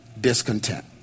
discontent